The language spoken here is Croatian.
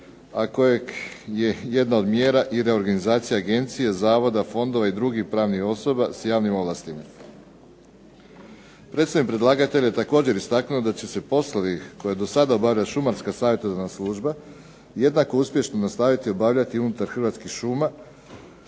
a kojeg je jedna od mjera i reorganizacija agencije, zavoda, fondova i drugih pravnih osoba s javnim ovlastima. Predsjednik predlagatelja je također istaknuo da će se poslovi koje je do sada obavlja šumarska savjetodavna služba jednako uspješno nastaviti obavljati i unutar Hrvatskih šuma